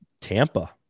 Tampa